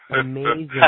Amazing